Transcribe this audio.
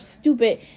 stupid